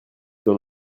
dans